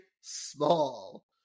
small